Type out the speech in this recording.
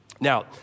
Now